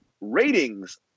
ratings